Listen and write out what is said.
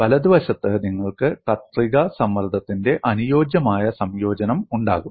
വലതുവശത്ത് നിങ്ങൾക്ക് കത്രിക ഷിയർ സമ്മർദ്ദത്തിന്റെ അനുയോജ്യമായ സംയോജനം ഉണ്ടാകും